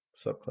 subclass